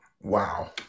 Wow